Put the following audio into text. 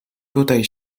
tutaj